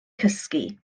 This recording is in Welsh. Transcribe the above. cysgu